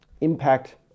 impact